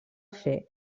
fer